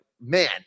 man